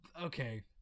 Okay